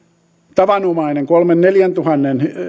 tavanomainen kolmentuhannen viiva neljäntuhannen